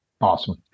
Awesome